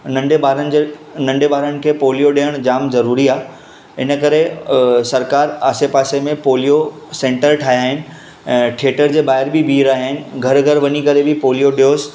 नंढे ॿारनि जे नंढे ॿारनि खे पोलियो ॾियणु जामु ज़रूरी आहे इनकरे सरकारि आसेपासे में पोलियो सेंटर ठाहिया आहिनि थियेटर जे ॿाहिरि बि बिही रहिया आहिनि घरि घरि वञी करे बि पोलियो डोज़